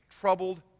troubled